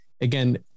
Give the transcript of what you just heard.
again